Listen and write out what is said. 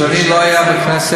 אדוני לא היה בבוקר.